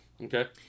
Okay